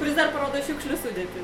kuris dar parodo šiukšlių sudėtį